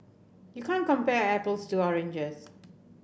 you can't compare apples to oranges